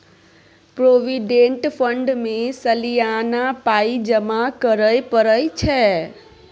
provident fund मे सलियाना पाइ जमा करय परय छै